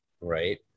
right